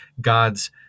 god's